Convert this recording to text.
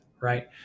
right